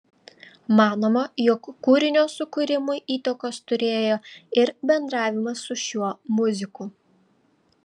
manoma jog kūrinio sukūrimui įtakos turėjo ir bendravimas su šiuo muziku